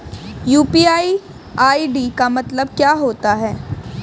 UPI ID का मतलब क्या होता है?